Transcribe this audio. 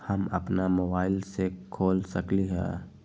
हम अपना मोबाइल से खोल सकली ह?